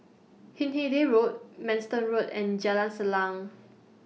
Hindhede Road Manston Road and Jalan Salang